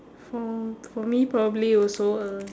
for for me probably also a